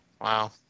Wow